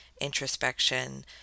introspection